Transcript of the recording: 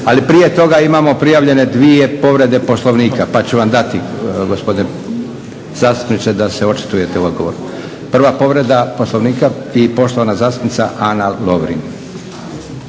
Ali prije toga imamo prijavljene dvije povrede Poslovnika pa ću vam dati gospodine zastupniče da se očitujete u odgovoru. Prva povreda Poslovnika i poštovana zastupnica Ana Lovrin.